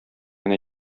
генә